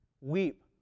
weep